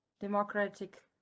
democratic